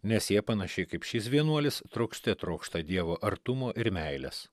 nes jie panašiai kaip šis vienuolis trokšte trokšta dievo artumo ir meilės